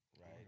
right